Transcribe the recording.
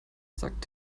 sagt